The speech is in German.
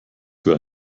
für